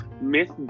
Miss